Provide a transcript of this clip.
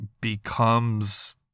becomes